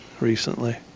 recently